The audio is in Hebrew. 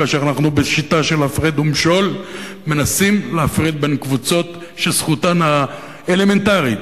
כאשר בשיטה של הפרד ומשול מנסים להפריד בין קבוצות שזכותן האלמנטרית,